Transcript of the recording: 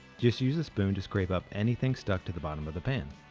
just use a spoon to scrape up anything stuck to the bottom of the pan.